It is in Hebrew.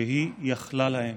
והיא יכלה להם.